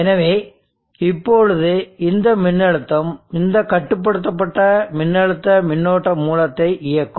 எனவே இப்போது இந்த மின்னழுத்தம் இந்த கட்டுப்படுத்தப்பட்ட மின்னழுத்த மின்னோட்ட மூலத்தை இயக்கும்